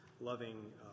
loving